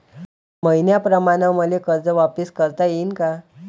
मईन्याप्रमाणं मले कर्ज वापिस करता येईन का?